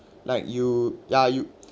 like you ya you